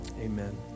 Amen